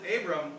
Abram